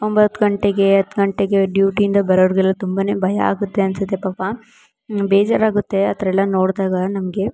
ಒಂಬತ್ತು ಗಂಟೆಗೆ ಹತ್ತು ಗಂಟೆಗೆ ಡ್ಯೂಟಿಯಿಂದ ಬರೋವ್ರ್ಗೆಲ್ಲ ತುಂಬ ಭಯ ಆಗುತ್ತೆ ಅನ್ನಿಸುತ್ತೆ ಪಾಪ ಬೇಜಾರಾಗುತ್ತೆ ಆ ಥರ ಎಲ್ಲ ನೋಡಿದಾಗ ನಮಗೆ